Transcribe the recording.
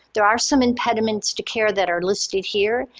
there are some impediments to care that are listed here,